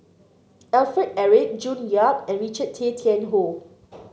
Alfred Eric June Yap and Richard Tay Tian Hoe